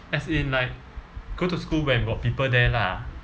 as in like go to school when got people there lah